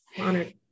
Honored